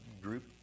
group